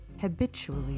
habitually